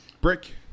Brick